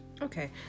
okay